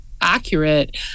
accurate